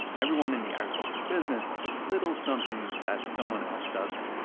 and everyone in the agriculture business knows a little something that someone else doesn't.